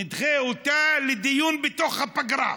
נדחה אותה לדיון בתוך הפגרה.